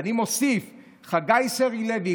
ואני מוסיף: חגי סרי לוי,